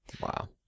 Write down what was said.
wow